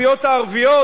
הסיעות הערביות,